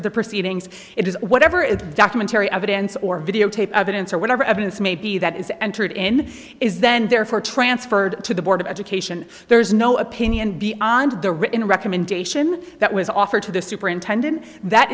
of the proceedings it is whatever it documentary evidence or videotape evidence or whatever evidence may be that is entered in is then therefore transferred to the board of education there is no opinion beyond the written recommendation that was offered to the superintendent that